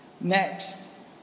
Next